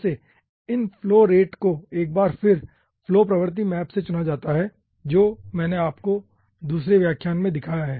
वैसे इन flow rate को एक बार फिर फ्लो प्रवृत्ति मैप से चुना जाता है जो मैंने आपको दूसरे व्याख्यान में दिखाया है